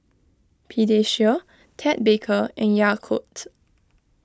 Pediasure Ted Baker and Yakult